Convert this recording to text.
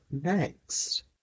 next